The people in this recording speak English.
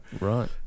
right